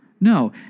No